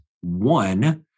one